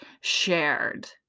shared